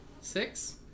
Six